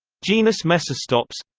genus mecistops